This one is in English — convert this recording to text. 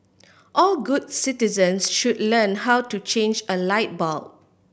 all good citizens should learn how to change a light bulb